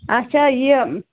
آچھا یہِ